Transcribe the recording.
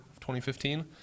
2015